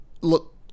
look